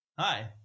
Hi